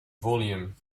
volume